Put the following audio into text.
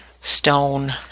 stone